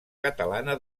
catalana